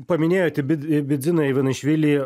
paminėjote bid bidziną ivanešvilį